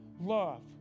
love